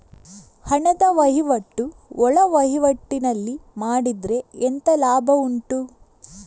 ಹಣದ ವಹಿವಾಟು ಒಳವಹಿವಾಟಿನಲ್ಲಿ ಮಾಡಿದ್ರೆ ಎಂತ ಲಾಭ ಉಂಟು?